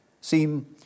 seem